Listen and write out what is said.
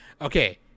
Okay